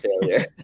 failure